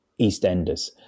EastEnders